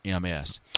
MS